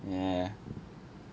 ya